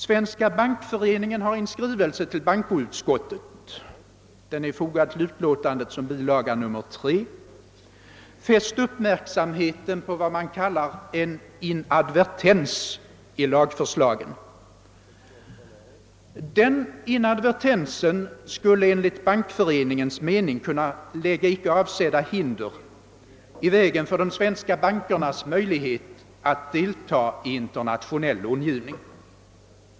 Svenska bankföreningen har i en skrivelse till bankoutskottet, fogad till utlåtandet som bilaga nr 3, fäst uppmärksamheten på vad man kallar en inadvertens i lagstiftningen. Denna inadvertens skulle enligt Bankföreningens mening kunna lägga icke avsedda hinder i vägen för de svenska bankernas möjligheter att deltaga i internationell långivning.